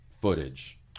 footage